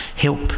Help